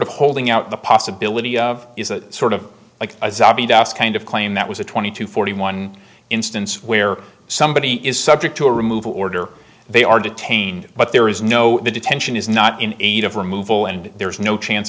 of holding out the possibility of is a sort of like a kind of claim that was a twenty to forty one instance where somebody is subject to a removal order they are detained but there is no the detention is not in aid of removal and there's no chance